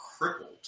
crippled